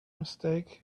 mistake